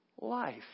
life